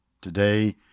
Today